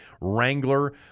Wrangler